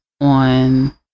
on